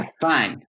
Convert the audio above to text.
Fine